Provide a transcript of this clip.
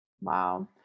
Wow